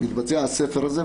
מתבצע הספר הזה,